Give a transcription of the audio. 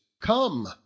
come